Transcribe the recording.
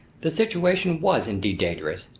the situation was indeed dangerous,